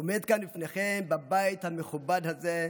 עומד כאן בפניכם, בבית המכובד הזה,